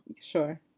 Sure